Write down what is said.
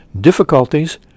difficulties